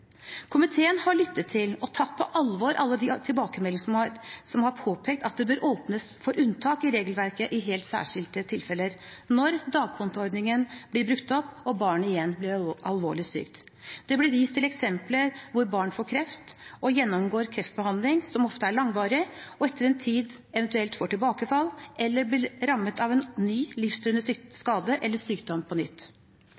Komiteen har lyttet til og tatt på alvor alle de tilbakemeldingene som har påpekt at det bør åpnes for unntak i regelverket i helt særskilte tilfeller, når dagkontoordningen er brukt opp og barnet igjen blir alvorlig syk. Det ble vist til eksempler hvor barn får kreft og gjennomgår kreftbehandling som ofte er langvarig, og etter en tid eventuelt får tilbakefall eller blir rammet av en ny livstruende